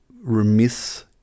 Remiss